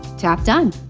tap done.